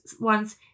ones